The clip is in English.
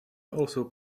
also